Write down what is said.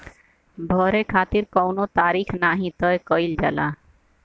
भरे खातिर कउनो तारीख नाही तय कईल जाला